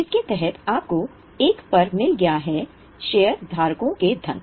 इसके तहत आपको 1 पर मिल गया है शेयरधारकों के धन